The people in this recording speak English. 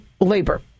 labor